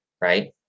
right